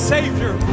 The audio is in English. Savior